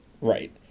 right